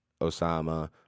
Osama